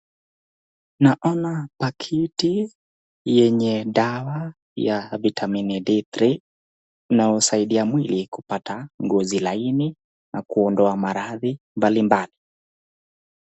Naona pakiti yenye dawa ya vitamini D 3,na husaidia mwili kupata ngozi laini, na kuondoa maradhi mbali mbali.